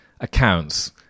accounts